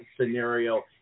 scenario